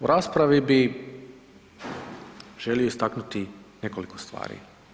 U raspravi bi želio istaknuti nekoliko stvari.